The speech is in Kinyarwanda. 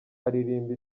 aririmba